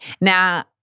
Now